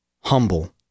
Humble